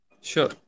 Sure